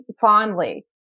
fondly